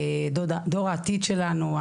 דור העתיד שלנו,